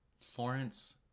Florence